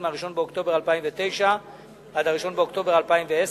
מ-1 באוקטובר 2009 עד 1 באוקטובר 2010,